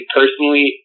personally